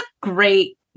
great